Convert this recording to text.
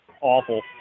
awful